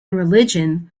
religion